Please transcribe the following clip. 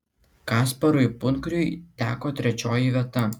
kasparui punkriui teko trečioji vieta